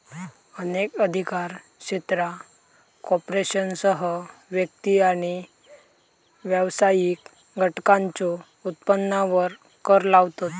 अनेक अधिकार क्षेत्रा कॉर्पोरेशनसह व्यक्ती आणि व्यावसायिक घटकांच्यो उत्पन्नावर कर लावतत